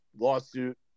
lawsuit